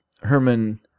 Herman